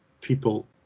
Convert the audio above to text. people